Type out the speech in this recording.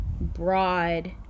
broad